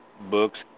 books